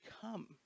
come